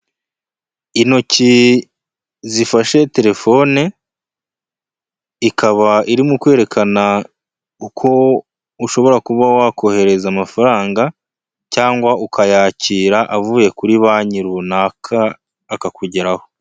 Intoki zifashe telefone, ikaba iri mu kwerekana uko ushobora kuba wakohereza amafaranga cyangwa ukayakira avuye kuri banki runaka akakugeraho.